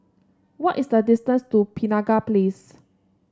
what is the distance to Penaga Place